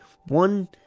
one